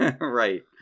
Right